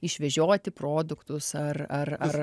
išvežioti produktus ar ar ar